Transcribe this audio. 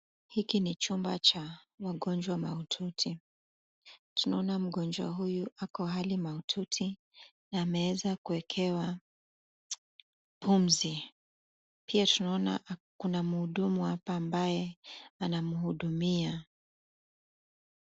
Hiki ni chumba cha wagonjwa mahututi. Tunaona mgonjwa huyu ako hali mahututi na ameweza kuwekewa pumzi. Pia tunaona kuna mhudumu hapa ambaye anamhudumia.